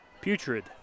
putrid